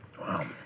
Wow